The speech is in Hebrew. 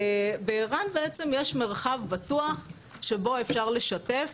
בער"ן בעצם יש מרחב בטוח שבו אפשר לשתף.